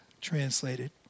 translated